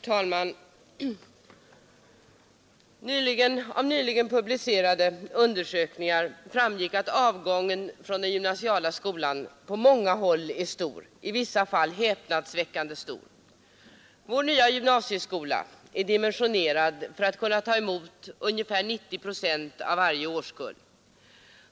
Herr talman! Av nyligen publicerade undersökningar framgick att avgången från den gymnasiala skolan på många håll är stor, i vissa fall häpnadsväckande stor. Vår nya gymnasieskola är dimensionerad för att kunna ta emot ungefär 90 procent av varje årskull.